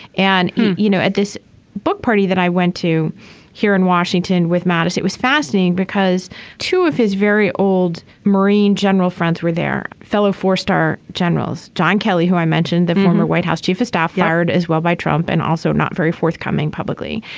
and you know at this book party that i went to here in washington with mattis it was fascinating because two of his very old marine general friends were their fellow four star generals john kelly who i mentioned the former white house chief of staff yard as well by trump and also not very forthcoming publicly.